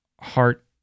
heart